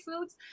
foods